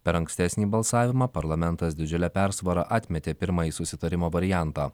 per ankstesnį balsavimą parlamentas didžiule persvara atmetė pirmąjį susitarimo variantą